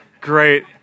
great